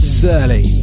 surly